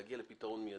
ולהגיע לפתרון מידי.